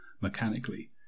mechanically